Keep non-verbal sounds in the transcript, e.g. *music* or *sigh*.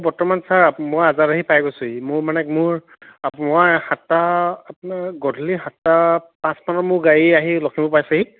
বৰ্তমান ছাৰ *unintelligible* মই আজাদ আহি পাই গৈছোহি মোৰ মানে মোৰ আপো মই সাতটা আপোনাৰ গধূলি সাতটা পাঁচ মানত মোৰ গাড়ী আহি লখিমপুৰ পাইছেহি